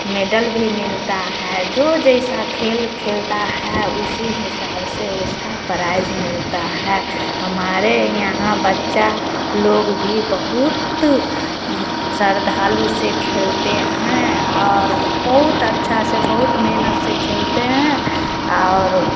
medal भी मिलता है जो जैसा खेल खेलता है उसी हिसाब से उसका प्राइज मिलता है हमारे यहाँ बच्चा लोग भी बहुत श्रद्धा से खेलते हैं और बहुत अच्छा से बहुत मेहनत से खेलते है और